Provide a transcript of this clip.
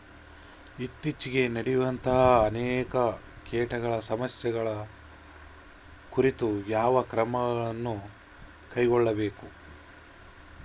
ಇತ್ತೇಚಿಗೆ ನಡೆಯುವಂತಹ ಅನೇಕ ಕೇಟಗಳ ಸಮಸ್ಯೆಗಳ ಕುರಿತು ಯಾವ ಕ್ರಮಗಳನ್ನು ಕೈಗೊಳ್ಳಬೇಕು?